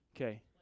okay